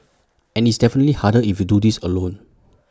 and it's infinitely harder if you do this alone